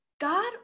God